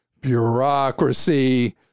bureaucracy